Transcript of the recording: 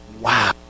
Wow